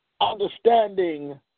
understanding